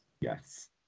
Yes